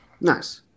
Nice